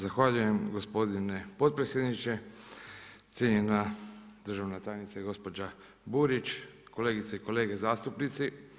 Zahvaljujem gospodine potpredsjedniče, cijenjena državna tajnice gospođa Burić, kolegice i kolege zastupnici.